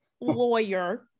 lawyer